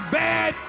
bad